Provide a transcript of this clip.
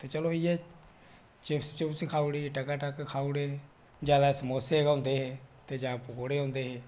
ते चलो इ'यै चिप्स चुप्स खाई ओड़ी टकाटक खाी ओड़े ज्यादा समोसे गै होंदे हे ते जां पकौड़े होंदे हे